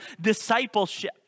discipleship